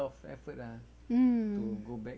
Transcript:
mm